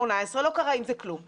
לא קרה עם זה כלום.